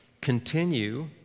Continue